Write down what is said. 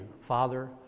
Father